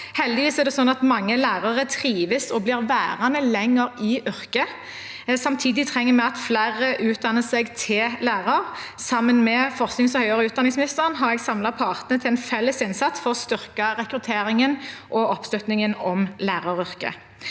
Heldigvis er det sånn at mange lærere trives og blir værende lenger i yrket. Samtidig trenger vi at flere utdanner seg til lærer. Sammen med forsknings- og høyere utdanningsministeren har jeg samlet partene til en felles innsats for å styrke rekrutteringen og oppslutningen om læreryrket.